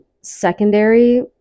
secondary